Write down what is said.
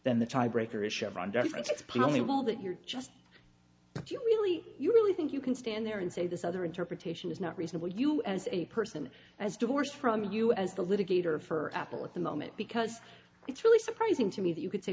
plainly will that you're just but you really you really think you can stand there and say this other interpretation is not reasonable you as a person as divorced from you as the litigator for apple at the moment because it's really surprising to me that you could say